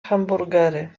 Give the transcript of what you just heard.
hamburgery